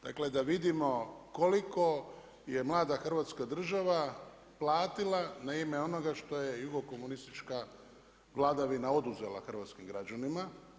Dakle da vidimo koliko je mlada Hrvatska država platila na ime onoga što je jugokomunistička vladavina oduzela hrvatskim građanima.